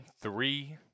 three